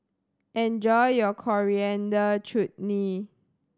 enjoy your Coriander Chutney